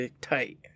tight